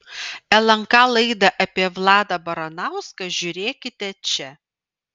lnk laidą apie vladą baranauską žiūrėkite čia